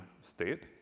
state